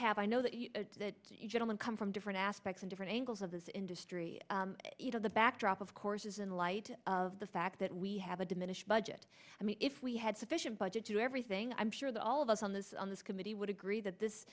have i know that you gentlemen come from different aspects in different angles of this industry you know the backdrop of course is in light of the fact that we have a diminished budget i mean if we had sufficient budget to do everything i'm sure that all of us on this on this committee would agree that this